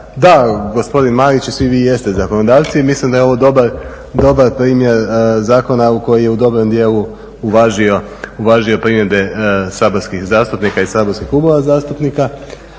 Da, gospodin Marić i svi vi jeste zakonodavci i mislim da je ovo dobar primjer zakona koji je u dobroj dijelu uvažio primjedbe saborskih zastupnika i saborskih klubova zastupnika